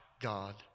God